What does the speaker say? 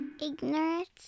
Ignorance